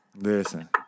Listen